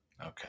Okay